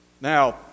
Now